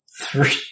Three